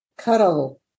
Cuddle